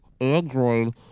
Android